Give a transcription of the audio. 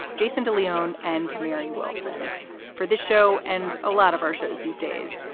jason de leon and mary wilson for the show and a lot of our shows these days.